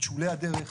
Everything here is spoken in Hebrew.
את שולי הדרך,